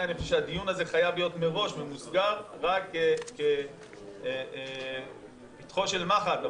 ולכן אני חושב שהדיון הזה חייב להיות מראש ממוסגר רק כפתחה של מחט.